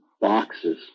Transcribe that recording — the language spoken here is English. boxes